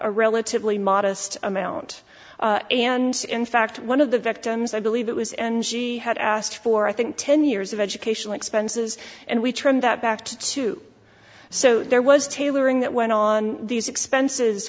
a relatively modest amount and in fact one of the victims i believe it was and she had asked for i think ten years of educational expenses and we trimmed that back to two so there was tailoring that went on these expenses